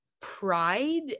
pride